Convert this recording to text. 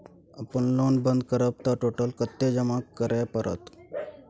अपन लोन बंद करब त टोटल कत्ते जमा करे परत?